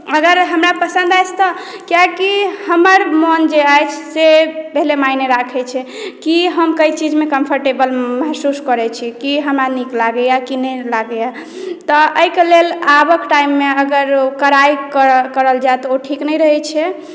अगर हमरा पसन्द अछि तऽ कियाकि हमर मोन जे अछि से पहिले मायने राखैत छै कि हम कइ चीजमे कम्फर्टेबल महसूस करैत छी की हमरा नीक लगैए की नहि लागैए तऽ एहिके लेल आबक टाइममे अगर ओकर कड़ाइ करल जाय तऽ ओ ठीक नहि रहैत छै